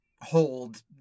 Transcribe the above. hold